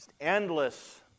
Endless